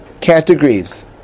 Categories